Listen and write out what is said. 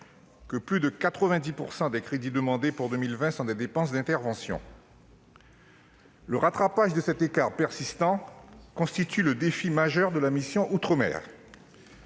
que plus de 90 % des crédits demandés pour 2020 étaient des dépenses d'intervention. Le rattrapage de cet écart persistant constitue le défi majeur de la mission.